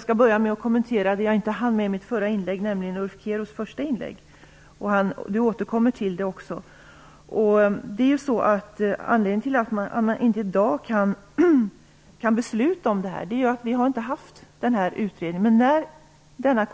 Herr talman! Jag skall börja med att kommentera Anledningen till att man i dag inte kan besluta om detta är att utredningen ännu inte är gjord. Men när vi har fått